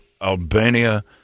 Albania